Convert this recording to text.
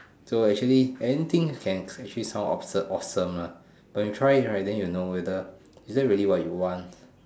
so actually anything can actually sound absurd awesome lah when you try then you know is that really what you want